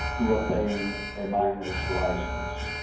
to attain a miner's licence.